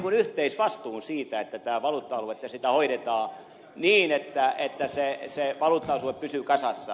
otimme yhteisvastuun siitä että tätä valuutta aluetta hoidetaan niin että se pysyy kasassa